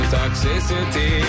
toxicity